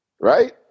right